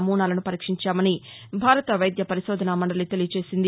నమూనాలను పరీక్షించామని భారత వైద్యవరిశోధనామండలి తెలిపింది